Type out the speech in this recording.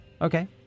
Okay